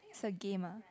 it's a game ah